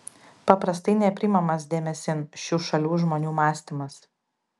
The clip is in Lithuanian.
paprastai nepriimamas dėmesin šių šalių žmonių mąstymas